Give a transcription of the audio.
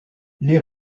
les